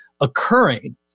occurring